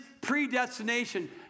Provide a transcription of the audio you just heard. predestination